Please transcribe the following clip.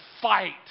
fight